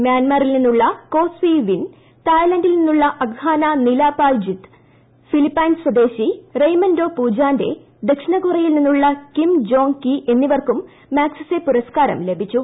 മ്യാൻമാറിൽ നിന്നുള്ള Ko Swe Win തായ്ലന്റിൽ നിന്നുള്ള അഗ്ഹാന നീലാപായ് ജിത്ത് ഫിലിപൈൻസ് സ്വദേശി റെയ്മൻഡോ പുജാന്റെ ദക്ഷിണകൊറിയയിൽ നിന്നുള്ള കിം ജോംങ് കീ എന്നിവർക്കും മാഗ്സസേ പുരസ്കാരം ലഭിച്ചു